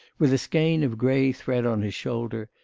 with a skein of grey thread on his shoulder,